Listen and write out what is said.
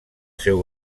seu